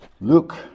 Luke